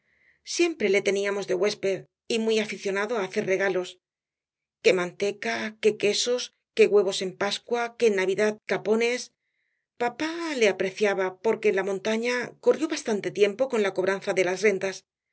siempre le teníamos de huésped y muy aficionado á hacer regalos que manteca que quesos que huevos en pascua que en navidad capones papá le apreciaba porque en la montaña corrió bastante tiempo con la cobranza de las rentas